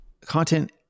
Content